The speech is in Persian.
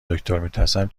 دکتر، میترسم